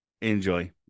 Enjoy